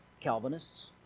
Calvinists